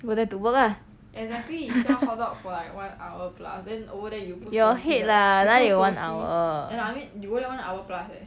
go there to work lah your head lah 哪里有 one hour